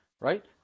right